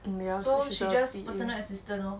oh so she just P_A